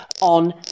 on